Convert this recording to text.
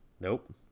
Nope